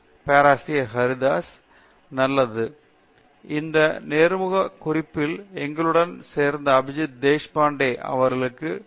பேராசிரியர் பிரதாப் ஹரிதாஸ் சரி நல்லது இந்த நேர்முக குறிப்பில் எங்களுடன் சேர்த்த அபிஜித் அவர்களுக்கு நன்றி